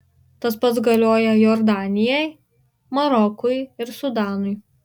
tas pats galioja jordanijai marokui ir sudanui